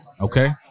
Okay